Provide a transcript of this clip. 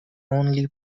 only